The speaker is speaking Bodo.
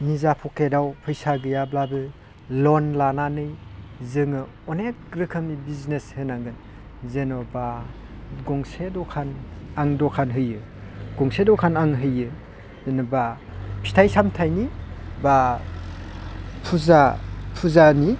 निजा पकेटआव फैसा गैयाब्लाबो लन लानानै जोङो अनेग रोखोमनि बिजनेस होनांगोन जेन'बा गंसे दखान आं दखान होयो गंसे दखान आं होयो जेन'बा फिथाइ सामथाइनि बा फुजा फुजानि